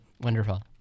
Wonderful